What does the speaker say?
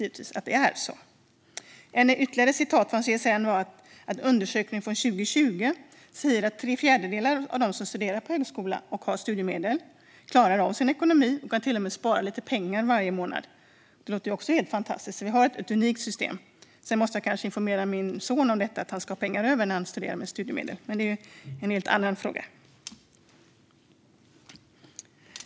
Något annat som CSN skrev är att en undersökning från 2020 visar att tre fjärdedelar av dem som studerar på högskola och har studiemedel klarar av sin ekonomi och att de till och med kan spara lite pengar varje månad. Det låter ju också helt fantastiskt - vi har ett unikt system. Sedan måste jag kanske informera min son om att han ska ha pengar över när han studerar med studiemedel, men det är en helt annan fråga.